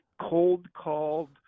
cold-called